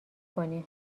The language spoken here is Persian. کنی